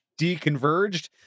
deconverged